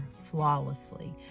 flawlessly